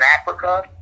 Africa